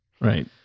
right